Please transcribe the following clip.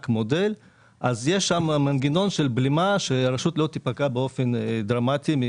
מודל אז יש שם מנגנון של בלימה שהרשות לא תיפגע באופן דרמטי.